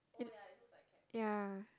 it yeah